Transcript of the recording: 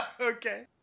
Okay